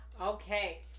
Okay